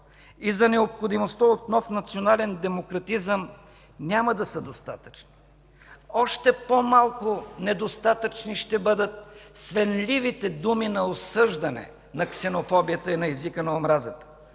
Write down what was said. и за необходимостта от нов национален демократизъм няма да са достатъчни. Още по-малко недостатъчни ще бъдат свенливите думи на осъждане на ксенофобията и на езика на омразата,